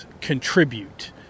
contribute